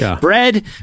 bread